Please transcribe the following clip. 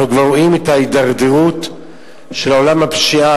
אנחנו רואים כבר את ההידרדרות של עולם הפשיעה,